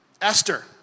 Esther